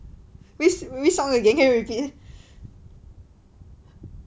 which which song again can you repeat